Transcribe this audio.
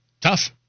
Tough